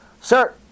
sir